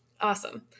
Awesome